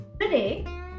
Today